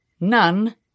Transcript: none